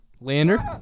Lander